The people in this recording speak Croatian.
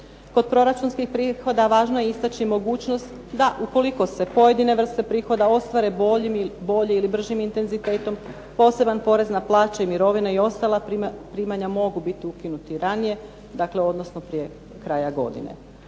Kod proračunskih prihoda važno je istaći mogućnost da ukoliko se pojedine vrste prihoda ostvare boljim ili bržim intenzitetom, poseban porez na plaće i mirovine i ostala primanja mogu biti ukinuti ranije odnosno prije kraja godine.